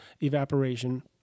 evaporation